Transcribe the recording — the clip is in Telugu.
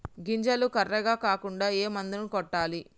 గింజలు కర్రెగ కాకుండా ఏ మందును కొట్టాలి?